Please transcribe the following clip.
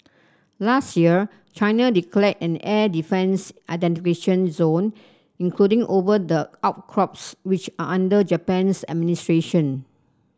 last year China declared an air defence identification zone including over the outcrops which are under Japan's administration